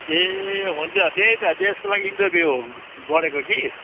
ए हुन्छ त्यही त त्यसको लागि इन्टरभिउ गरेको कि